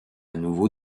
nouveau